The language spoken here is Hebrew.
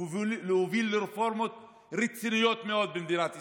להוביל רפורמות רציניות מאוד במדינת ישראל,